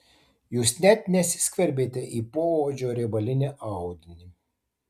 jūs net nesiskverbėte į poodžio riebalinį audinį